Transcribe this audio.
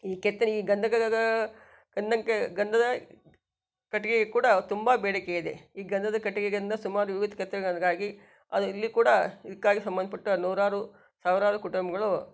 ಈ ಕೆತ್ತನೆಗೆ ಗಂಧದ ಗಂಧಕ್ಕೆ ಗಂಧದ ಕಟ್ಗೆಗೆ ಕೂಡ ತುಂಬ ಬೇಡಿಕೆ ಇದೆ ಈ ಗಂಧದ ಕಟ್ಗೆಯಿಂದ ಸುಮಾರು ಅದರಲ್ಲಿ ಕೂಡ ಇದಕ್ಕಾಗಿ ಸಂಬಂಧಪಟ್ಟ ನೂರಾರು ಸಾವಿರಾರು ಕುಟುಂಬಗಳು